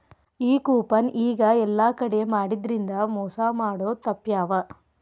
ಈ ಕೂಪನ್ ಈಗ ಯೆಲ್ಲಾ ಕಡೆ ಮಾಡಿದ್ರಿಂದಾ ಮೊಸಾ ಮಾಡೊದ್ ತಾಪ್ಪ್ಯಾವ